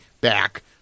back